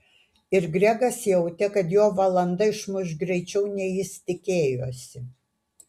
ir gregas jautė kad jo valanda išmuš greičiau nei jis tikėjosi